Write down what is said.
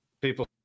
people